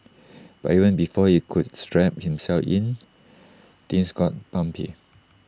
but even before he could strap himself in things got bumpy